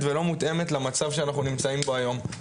ולא מותאמת למצב שאנחנו נמצאים בו היום.